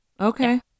Okay